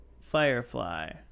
Firefly